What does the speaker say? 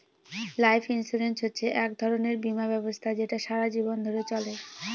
life insurance হচ্ছে এক ধরনের বীমা ব্যবস্থা যেটা সারা জীবন ধরে চলে